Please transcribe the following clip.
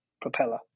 propeller